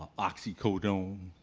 oxycodone,